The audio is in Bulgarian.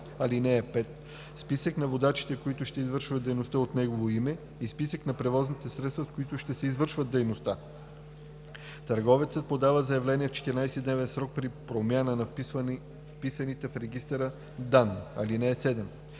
ал. 5, списък на водачите, които ще извършват дейността от негово име, и списък на превозните средства, с които ще извършват дейността. Търговецът подава заявление в 14-дневен срок при промяна на вписаните в регистъра данни.